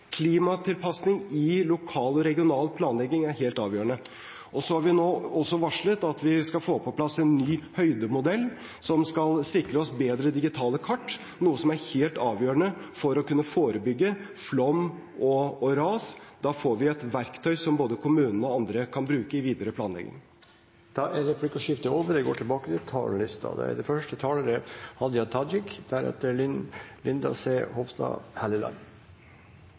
klimatilpasning. Klimatilpasning i lokal og regional planlegging er helt avgjørende. Så har vi nå også varslet at vi skal få på plass en ny høydemodell, som skal sikre oss bedre digitale kart, noe som er helt avgjørende for å kunne forebygge flom og ras. Da får vi et verktøy som både kommunene og andre kan bruke i videre planlegging. Replikkordskiftet er over. Med oljeprisfallet og ei arbeidsløyse som er